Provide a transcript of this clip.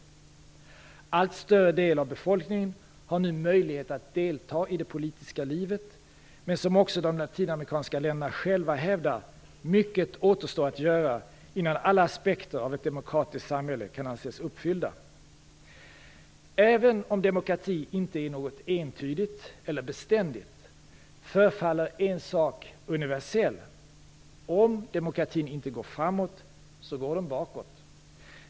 En allt större del av befolkningen har nu möjlighet att delta i det politiska livet, men mycket återstår, som också de latinamerikanska länderna själva hävdar, att göra innan alla aspekter av ett demokratiskt samhälle kan anses vara uppfyllda. Även om demokrati inte är något entydigt eller beständigt förefaller en sak universell: om demokratin inte går framåt så går den bakåt.